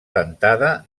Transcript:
dentada